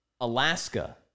Alaska